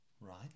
Right